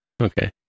Okay